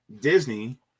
Disney